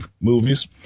movies